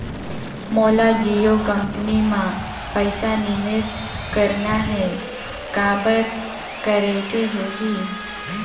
मोला जियो कंपनी मां पइसा निवेश करना हे, काबर करेके होही?